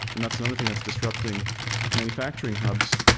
and that's another thing that's disrupting manufacturing hubs,